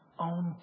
own